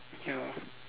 ya